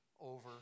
over